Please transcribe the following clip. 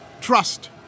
trust